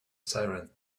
siren